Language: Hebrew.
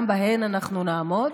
גם בהן אנחנו נעמוד.